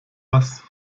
was